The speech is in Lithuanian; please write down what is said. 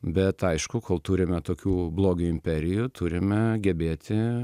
bet aišku kol turime tokių blogio imperijų turime gebėti